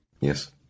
Yes